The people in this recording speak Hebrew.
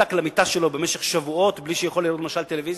מרותק למיטה שלו במשך שבועות בלי שהוא יכול למשל לראות טלוויזיה.